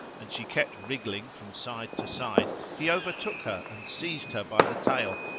and she kept wriggling from side to side, he overtook her and seized her by the tail,